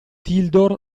tildor